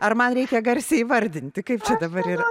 ar man reikia garsiai įvardinti kaip čia dabar yra